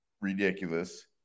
ridiculous